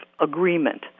agreement